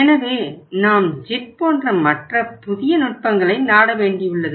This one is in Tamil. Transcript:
எனவே நாம் ஜிட் போன்ற மற்ற புதிய நுட்பங்களை நாட வேண்டியுள்ளது